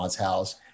house